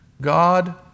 God